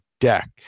deck